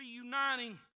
reuniting